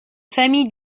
familles